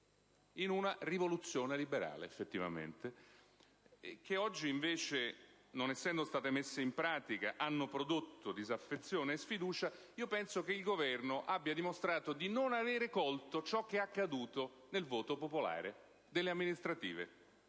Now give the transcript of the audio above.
rivoluzione liberale e che oggi, invece, non essendo state messe in pratica, hanno prodotto disaffezione e sfiducia, penso che il Governo abbia dimostrato di non aver colto ciò che è accaduto nel recente voto popolare delle elezioni amministrative